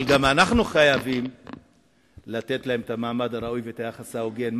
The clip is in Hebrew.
גם אנחנו חייבים לתת להם את המעמד הראוי והיחס ההוגן,